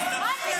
שלך.